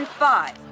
Five